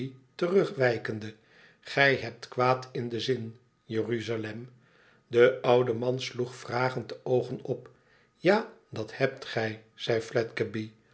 terugwijkende gij hebt kwaad in den zin jeruzalem de oude man sloeg vragend de oogen op ja dat hebt gij zei